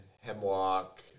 hemlock